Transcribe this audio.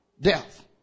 Death